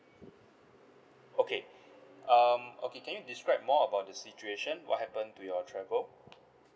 okay um okay can you describe more about the situation what happened to your travel